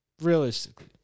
Realistically